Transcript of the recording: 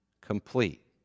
Complete